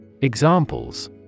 Examples